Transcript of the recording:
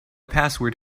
password